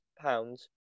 pounds